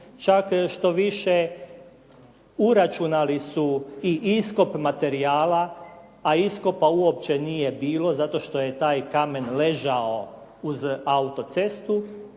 Čak štoviše uračunali su i iskop materijala, a iskopa uopće nije bilo zato što je taj kamen ležao uz autocestu.